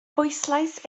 bwyslais